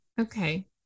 okay